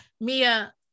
Mia